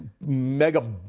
mega